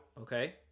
Okay